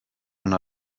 una